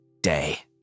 day